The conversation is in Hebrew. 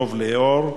דב ליאור,